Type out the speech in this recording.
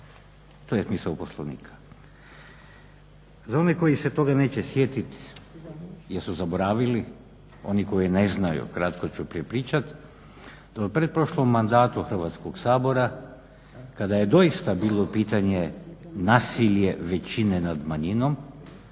To je pisao Poslovnik. Za one koji se toga neću sjetiti jer su zaboravili. Oni koji ne znaju ukratko ću prepričati. U pretprošlom mandatu Hrvatskog sabora kada je doista bilo pitanje nasilje većine nad manjinom,